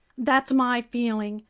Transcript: that's my feeling,